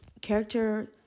character